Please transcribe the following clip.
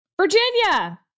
Virginia